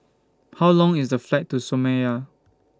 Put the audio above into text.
How Long IS The Flight to Somalia